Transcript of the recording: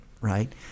Right